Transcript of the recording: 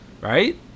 right